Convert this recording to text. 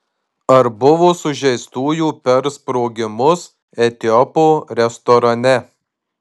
ar buvo sužeistųjų per sprogimus etiopo restorane